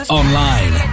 online